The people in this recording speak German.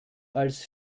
als